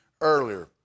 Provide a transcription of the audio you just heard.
earlier